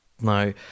Now